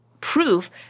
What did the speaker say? proof